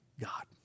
God